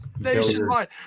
nationwide